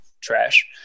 Trash